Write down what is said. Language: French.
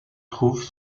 trouve